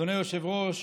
אדוני היושב-ראש,